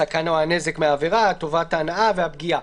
הסכנה או הנזק מהעבירה, טובת ההנאה והפגיעה.